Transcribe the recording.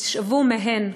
ותשאבו מהן כוח,